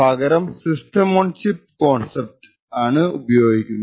പകരം system on chip concept ആണ് ഉപയോഗിക്കുന്നത്